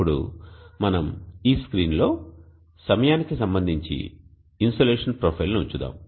ఇప్పుడు మనం ఈ స్క్రీన్లో సమయానికి సంబంధించి ఇన్సోలేషన్ ప్రొఫైల్ను ఉంచుదాం